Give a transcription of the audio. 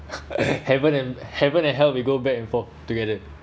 heaven and heaven and hell we go back and forth together